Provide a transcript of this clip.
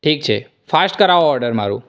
ઠીક છે ફાસ્ટ કરાવો ઓર્ડર મારું